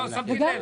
שמתי לב.